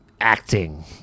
acting